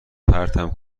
پرتم